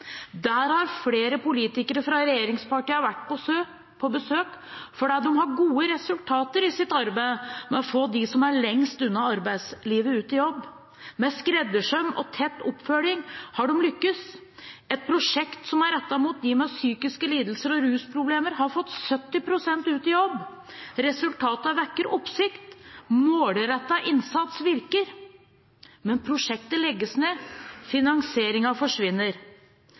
Der har flere politikere fra regjeringspartiene vært på besøk, fordi de har gode resultater i sitt arbeid med å få dem som er lengst unna arbeidslivet, ut i jobb. Med skreddersøm og tett oppfølging har de lyktes. Et prosjekt som er rettet mot dem med psykiske lidelser og rusproblemer, har fått 70 pst. ut i jobb. Resultatene vekker oppsikt. Målrettet innsats virker. Men prosjektet legges ned, finansieringen forsvinner.